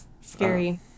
scary